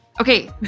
Okay